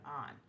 on